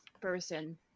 person